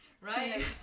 Right